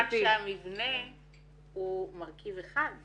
נהדר, רק שהמבנה הוא מרכיב אחד.